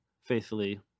faithfully